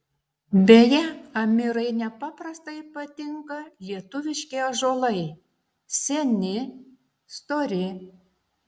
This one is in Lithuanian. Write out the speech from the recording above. beje amirai nepaprastai patinka lietuviški ąžuolai seni stori